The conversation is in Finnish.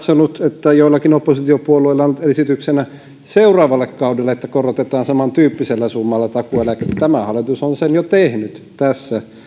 katsellut että joillakin oppositiopuolueilla on esityksenä seuraavalle kaudelle että takuueläkettä korotetaan samantyyppisellä summalla tämä hallitus on sen jo tehnyt tässä